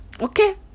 okay